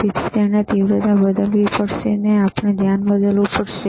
તેથી તેણે તીવ્રતા બદલવી પડશે આપણે ધ્યાન બદલવું પડશે